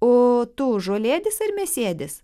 o tu žolėdis ar mėsėdis